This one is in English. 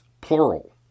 plural